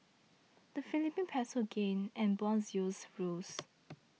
the Philippine Peso gained and bond yields rose